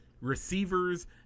receivers